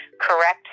correct